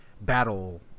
battle